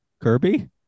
Kirby